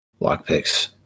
lockpicks